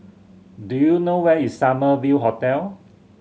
do you know where is Summer View Hotel